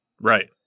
Right